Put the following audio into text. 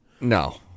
No